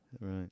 right